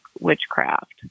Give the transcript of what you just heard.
witchcraft